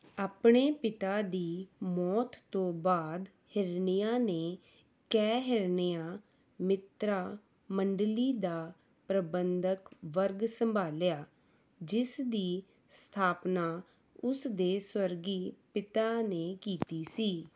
ਆਪਣੇ ਪਿਤਾ ਦੀ ਮੌਤ ਤੋਂ ਬਾਅਦ ਹਿਰਨਈਆ ਨੇ ਕੈਅ ਹਿਰਨਈਆ ਮਿੱਤਰਾ ਮੰਡਲੀ ਦਾ ਪ੍ਰਬੰਧਕ ਵਰਗ ਸੰਭਾਲਿਆ ਜਿਸ ਦੀ ਸਥਾਪਨਾ ਉਸ ਦੇ ਸਵਰਗੀ ਪਿਤਾ ਨੇ ਕੀਤੀ ਸੀ